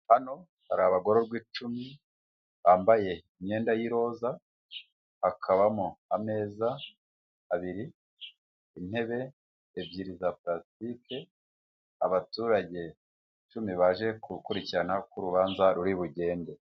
Hano hari abagororwa icumi bambaye imyenda y'iroza, hakabamo ameza abiri, intebe ebyiri za parasitike, abaturage icumi baje gukurikirana uko urubanza ruri bugende.